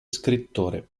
scrittore